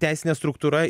teisinė struktūra